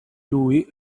lui